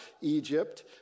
Egypt